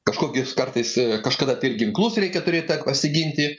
kažkokius kartais kažkada tai ir ginklus reikia turėt kad pasiginti